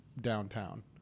downtown